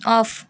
off